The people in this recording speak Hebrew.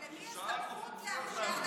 ולמי הסמכות, לצאת מבידוד?